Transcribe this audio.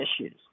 issues